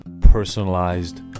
personalized